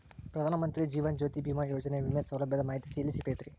ಪ್ರಧಾನ ಮಂತ್ರಿ ಜೇವನ ಜ್ಯೋತಿ ಭೇಮಾಯೋಜನೆ ವಿಮೆ ಸೌಲಭ್ಯದ ಮಾಹಿತಿ ಎಲ್ಲಿ ಸಿಗತೈತ್ರಿ?